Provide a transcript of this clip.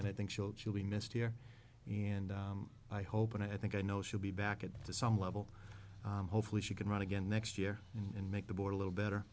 i think she'll she'll be missed here and i hope and i think i know she'll be back at some level hopefully she can run again next year and make the board a little better